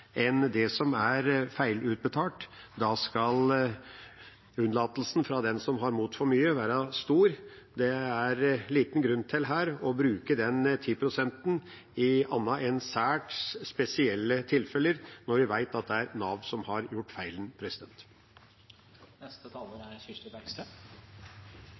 enn det som er feilutbetalt. Da skal unnlatelsen fra den som har mottatt for mye, være stor. Det er liten grunn til her å bruke den 10 pst.-en i annet enn særs spesielle tilfeller, når vi vet at det er Nav som har gjort feilen.